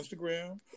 Instagram